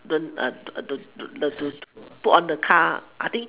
learn to put on the car I think